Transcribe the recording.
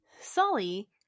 Sully